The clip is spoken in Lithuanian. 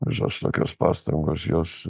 visos tokios pastangos jos